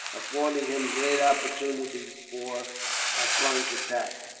affording him great opportunities for a flank attack.